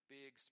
big